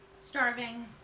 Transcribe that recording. starving